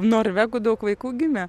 norvegų daug vaikų gimė